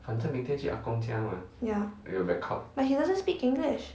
ya but he doesn't speak english